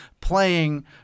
playing